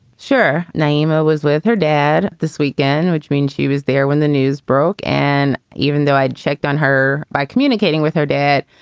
sure. nyima was with her dad this weekend, which means she was there when the news broke. and even though i'd checked on her by communicating with her dad,